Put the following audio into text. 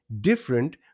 different